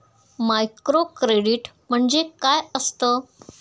Microcredit म्हणजे काय असतं?